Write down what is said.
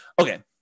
Okay